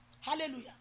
Hallelujah